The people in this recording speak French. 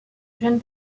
jeune